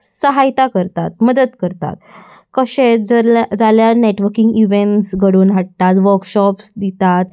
सहायता करतात मदत करतात कशे जल्या जाल्यार नॅटवर्कींग इवँट्स घडून हाडटात वर्कशॉप्स दितात